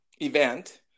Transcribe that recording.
event